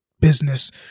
business